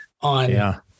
on